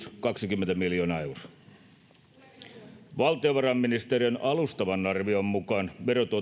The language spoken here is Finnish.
kaksikymmentä miljoonaa euroa valtiovarainministeriön alustavan arvion mukaan verotuottomenetyksien